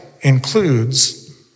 includes